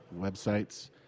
websites